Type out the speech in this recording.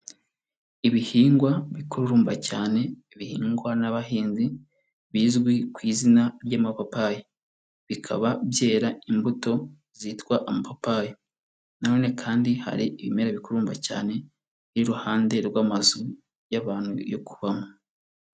Ibihingwa bikururumba cyane bihingwa n'abahinzi, bizwi ku izina ry'amapapayi, bikaba byera imbuto zitwa amapapayi nanone kandi hari ibimera bikururumba cyane, biri iruhande rw'amazu y'abantu yo kubamo.